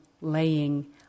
laying